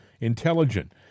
intelligent